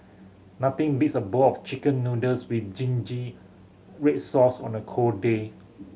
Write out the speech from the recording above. nothing beats a bowl of Chicken Noodles with zingy red sauce on a cold day